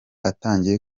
atangiye